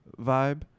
vibe